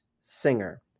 singer